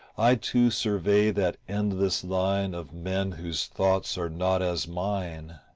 i too survey that endless line of men whose thoughts are not as mine.